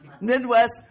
Midwest